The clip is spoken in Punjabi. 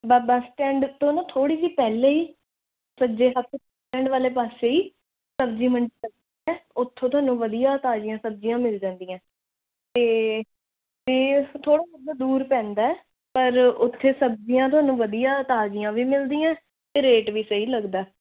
ਬਾ ਬਸ ਸਟੈਂਡ ਤੋਂ ਨਾ ਥੋੜ੍ਹੀ ਜਿਹੀ ਪਹਿਲੇ ਹੀ ਸੱਜੇ ਹੱਥ ਬਸ ਸਟੈਂਡ ਵਾਲੇ ਪਾਸੇ ਹੀ ਸਬਜ਼ੀ ਮੰਡੀ ਲੱਗਦੀ ਆ ਉੱਥੋਂ ਤੁਹਾਨੂੰ ਵਧੀਆ ਤਾਜ਼ੀਆਂ ਸਬਜ਼ੀਆਂ ਮਿਲ ਜਾਂਦੀਆਂ ਅਤੇ ਥੋੜ੍ਹਾ ਬਹੁਤਾ ਦੂਰ ਪੈਂਦਾ ਪਰ ਉੱਥੇ ਸਬਜ਼ੀਆਂ ਤੁਹਾਨੂੰ ਵਧੀਆ ਤਾਜ਼ੀਆਂ ਵੀ ਮਿਲਦੀਆਂ ਅਤੇ ਰੇਟ ਵੀ ਸਹੀ ਲੱਗਦਾ